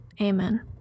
Amen